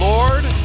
Lord